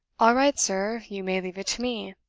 all right, sir you may leave it to me